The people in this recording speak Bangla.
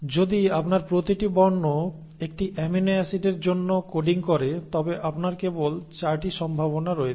যদি আপনার প্রতিটি বর্ণ একটি অ্যামিনো অ্যাসিডের জন্য কোডিং করে তবে আপনার কেবল 4 টি সম্ভাবনা রয়েছে